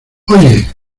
oye